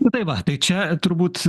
nu tai va tai čia turbūt